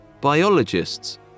biologists